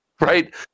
right